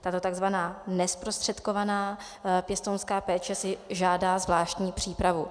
Tato tzv. nezprostředkovaná pěstounská péče si žádá zvláštní přípravu.